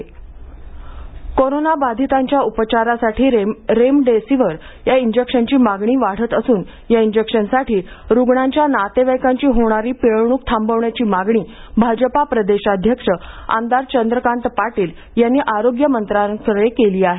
remdesivir कोरोनाबाधितांच्या उपचारासाठी remdesivir इंजेक्शनची मागणी वाढत असून या इंजेक्शनसाठी रूग्णांच्या नातेवाईकांची होणारी पिळवणूक थांबवण्याची मागणी भाजपा प्रदेशाध्यक्ष आमदार चंद्रकांत पाटील यांनी आरोग्यमंत्र्यांकडे केली आहे